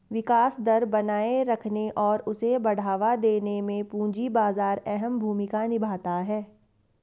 विकास दर बनाये रखने और उसे बढ़ावा देने में पूंजी बाजार अहम भूमिका निभाता है